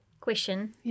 question